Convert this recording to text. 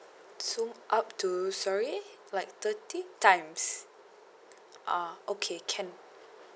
so up to sorry like thirty times ah okay can